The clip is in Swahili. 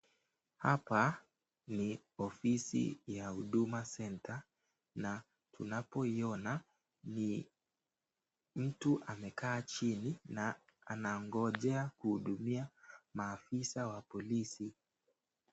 Hapa ni ofisi ya huduma center na unapohiona ni mtu amekaa chini na anangojea kuhudumiwa maafisa ya polisi.